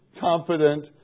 confident